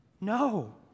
No